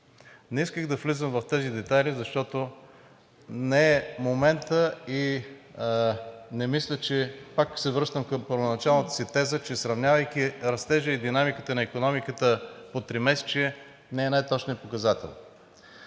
Не исках да влизам в тези детайли, защото не е моментът и не мисля – пак се връщам към първоначалната си теза, че сравнявайки растежа и динамиката на икономиката по тримесечие, не е най-точният показател.